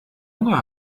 hunger